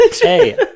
Hey